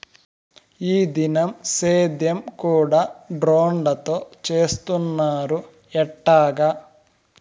ఈ దినం సేద్యం కూడ డ్రోన్లతో చేస్తున్నారు ఎట్టాగా